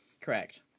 Correct